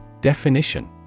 Definition